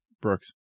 brooks